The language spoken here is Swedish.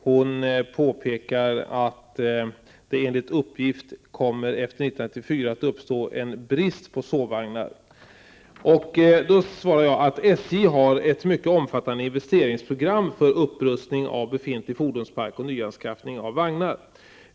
Hon påpekar i frågan att det enligt uppgift kommer att uppstå brist på sovvagnar efter 1994. SJ har ett mycket omfattande investeringsprogram för upprustning av befintlig fordonspark och nyanskaffning av vagnar.